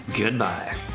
Goodbye